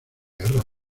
guerra